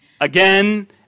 Again